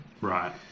Right